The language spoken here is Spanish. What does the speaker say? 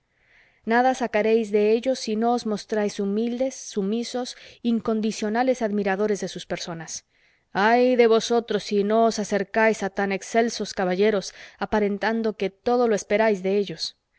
nada sacaréis de ellos si no os mostráis humildes sumisos incondicionales admiradores de sus personas ay de vosotros si no os acercáis a tan excelsos caballeros aparentando que todo lo esperáis de ellos